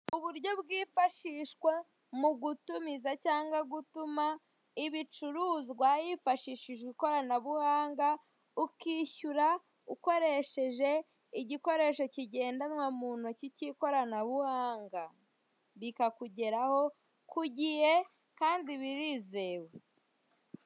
Uburyo bwifashishwa mu gutumiza cyangwa gutuma ibicuruzwa hifashishijwe ikoranabuhanga, ukishyura ukoresheje igikoresho kidendanwa mu ntoki cy'ikoranabuhanga. Bikakugeraho ku gihe kandi birizewe.